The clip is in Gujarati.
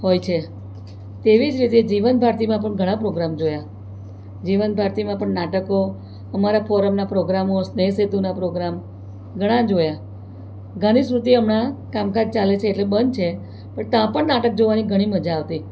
હોય છે તેવી જ રીતે જીવન ભારતીમાં પણ ઘણા પ્રોગ્રામ જોયા જીવન ભારતીમાં પણ નાટકો અમારા ફોરમના પ્રોગ્રામો સ્નેહ સેતુના પ્રોગ્રામ ઘણા જોયા ગાંધી શ્રુતી હમણાં કામકાજ ચાલે છે એટલે બંધ છે પણ ત્યાં પણ નાટક જોવાની ઘણી મજા આવતી